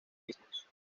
mismos